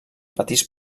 petits